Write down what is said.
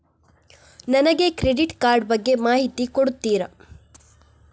ನನಗೆ credit card ಬಗ್ಗೆ ಮಾಹಿತಿ ಕೊಡುತ್ತೀರಾ?